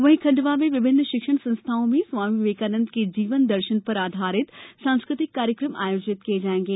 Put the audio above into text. वहीं खंडवा में विभिन्न शिक्षण संस्थाओं में स्वामी विवेकानंद के जीवन दर्शन पर आधारित सांस्कृतिक कार्यकम आयोजित किये जाएंगे